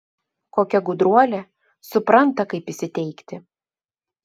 kokia gudruolė supranta kaip įsiteikti